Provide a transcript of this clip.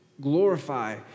Glorify